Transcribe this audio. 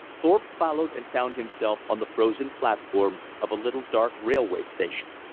thorpe followed and found himself on the frozen platform of a little dark railway station.